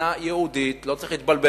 מדינה יהודית, לא צריך להתבלבל,